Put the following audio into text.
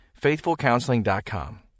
FaithfulCounseling.com